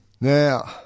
Now